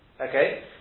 Okay